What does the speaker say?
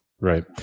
Right